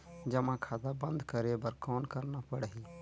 जमा खाता बंद करे बर कौन करना पड़ही?